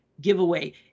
giveaway